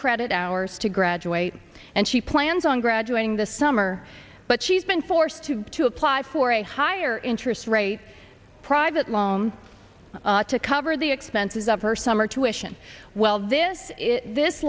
credit hours to graduate and she plans on graduating this summer but she's been forced to to apply for a higher interest rate private loan to cover the expenses of her summer tuitions well this this